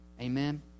Amen